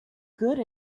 good